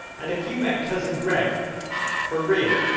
and if you met cousin greg for real,